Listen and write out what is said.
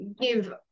give